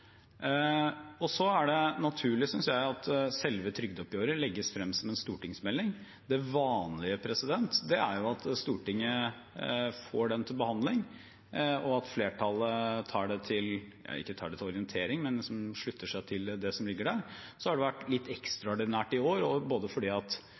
Så er det naturlig, synes jeg, at selve trygdeoppgjøret legges frem som en stortingsmelding. Det vanlige er at Stortinget får den til behandling, og at flertallet slutter seg til det som ligger der. Det har vært litt ekstraordinært i år, både fordi stortingsflertallet nå ønsker å koble på enda mer penger, og fordi regjeringspartiene og Fremskrittspartiet og så